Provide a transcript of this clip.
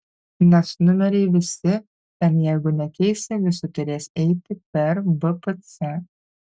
nes numeriai visi ten jeigu nekeisi visi turės eiti per bpc